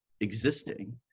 existing